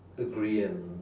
agree and